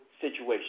situation